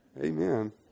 Amen